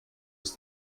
ist